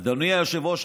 אדוני היושב-ראש,